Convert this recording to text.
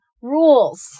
rules